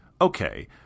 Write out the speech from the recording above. okay